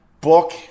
book